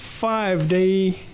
five-day